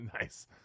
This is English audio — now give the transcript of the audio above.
Nice